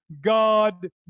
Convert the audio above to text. God